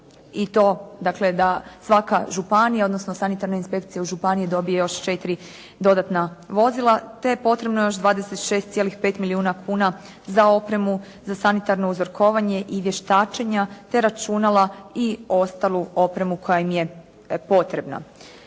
dakle da svaka županija odnosno sanitarna inspekcija u županiji dobije još četiri dodatna vozila te je potrebno još 26,5 milijuna kuna za opremu, za sanitarno uzorkovanje i vještačenja te računala i ostalu opremu koja im je potrebna.